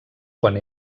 quan